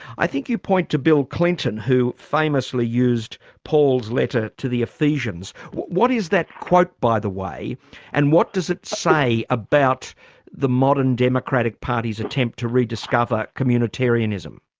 i think you point to bill clinton who famously used paul's letter to the ephesians. what is that quote by the way and what does it say about the modern democratic party's attempt to rediscover communitarianism?